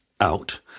out